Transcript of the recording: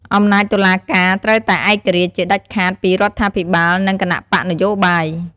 អំណាចតុលាការត្រូវតែឯករាជ្យជាដាច់ខាតពីរដ្ឋាភិបាល និងគណបក្សនយោបាយ។